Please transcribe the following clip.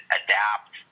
adapt